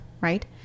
right